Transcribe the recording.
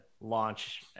launch